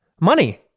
money